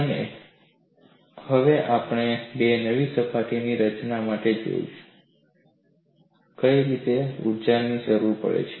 અને હવે આપણે બે નવી સપાટીની રચના માટે જોઈશું કે કઈ રીતે આપણને ઊર્જાની જરૂર છે